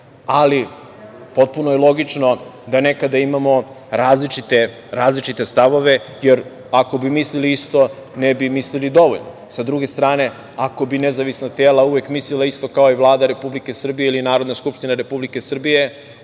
tela. Potpuno je logično da nekada imamo različite stavove, jer ako bi mislili isto ne bi misli dovoljno. Sa druge strane, ako bi nezavisna tela uvek mislila isto kao i Vlada Republike Srbije ili Narodna skupština Republike Srbije,